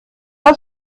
man